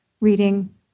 reading